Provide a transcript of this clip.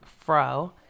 fro